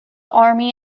army